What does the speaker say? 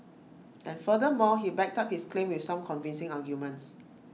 and furthermore he backed up his claim with some convincing arguments